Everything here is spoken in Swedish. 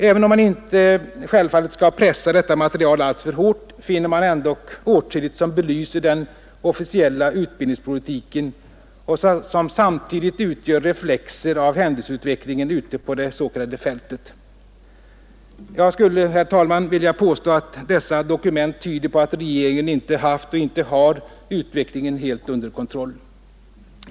Även om man självfallet inte skall pressa detta material alltför hårt, finner man ändock åtskilligt som belyser den officiella utbildningspolitiken och som samtidigt utgör reflexer av händelseutvecklingen ute på det s.k. fältet. Jag skulle, herr talman, vilja påstå att dessa dokument tyder på att regeringen inte haft och inte har utvecklingen helt under kontroll.